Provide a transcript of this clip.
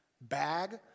bag